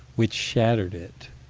which shattered it.